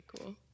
cool